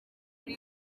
muri